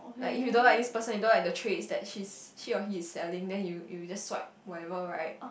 like if you don't like this person you don't like the trades that she's she or he is selling then you you just swipe whatever right